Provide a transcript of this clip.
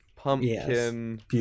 Pumpkin